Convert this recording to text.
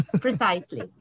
precisely